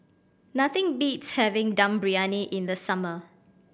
nothing beats having Dum Briyani in the summer